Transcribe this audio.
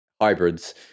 hybrids